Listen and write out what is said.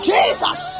Jesus